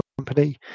company